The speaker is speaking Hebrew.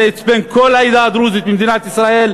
זה עצבן את כל העדה הדרוזית במדינת ישראל.